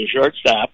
shortstop